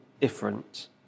different